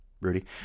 Rudy